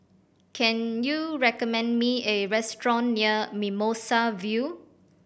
can you recommend me a restaurant near Mimosa View